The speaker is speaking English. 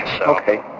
Okay